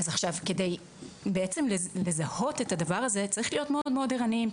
כדי בעצם לזהות את הדבר הזה צריך להיות מאוד מאוד ערניים,